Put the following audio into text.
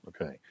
Okay